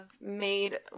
made